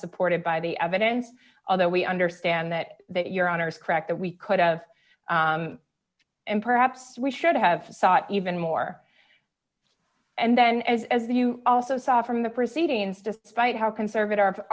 supported by the evidence although we understand that that your honor is correct that we could of and perhaps we should have thought even more and then as you also saw from the proceedings despite how conservative our